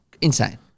insane